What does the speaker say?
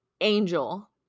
angel